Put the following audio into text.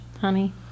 honey